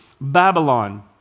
Babylon